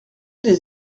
des